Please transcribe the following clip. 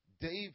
David